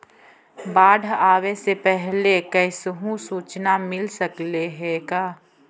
बाढ़ आवे से पहले कैसहु सुचना मिल सकले हे का?